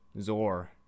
Zor